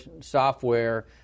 software